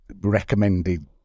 recommended